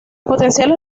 potenciales